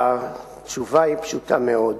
התשובה היא פשוטה מאוד: